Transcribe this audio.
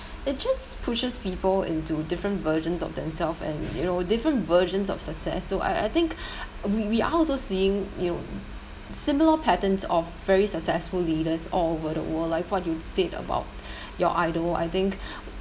it just pushes people into different versions of themself and you know different versions of success so I I think we we are also seeing you know similar patterns of very successful leaders all over the world like what you said about your idol I think